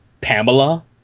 Pamela